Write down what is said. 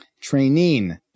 Training